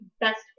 best